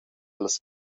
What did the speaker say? las